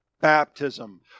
baptism